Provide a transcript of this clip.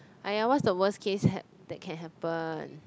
!aiya! what's the worst case that can happen